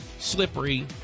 slippery